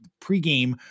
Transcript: pregame